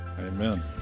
amen